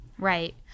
Right